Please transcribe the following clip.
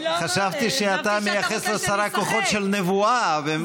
חשבתי שאתה מייחס לשרה כוחות של נבואה.